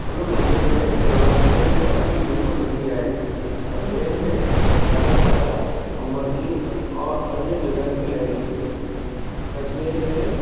हुन मंदर में नवरात्रीअ ते ॾाढी धूम मचंदी आहे अजमेर में ॾाढा सारा घुमण जी ऐं अन्य जॻह बि आहिनि अजमेर में